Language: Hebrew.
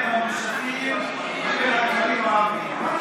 על הפער הקיומי שבין המושבים לבין הכפרים הערביים?